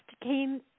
came